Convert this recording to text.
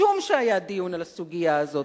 משום שהיה דיון על הסוגיה הזאת.